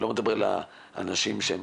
ואני לא מדבר על מה זה גורם לאנשים